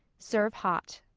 serve hot.